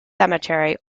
cemetery